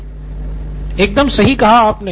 सिद्धार्थ मतुरी एकदम सही कहा आपने